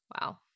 Wow